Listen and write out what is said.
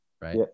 right